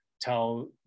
tell